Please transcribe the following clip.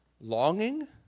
longing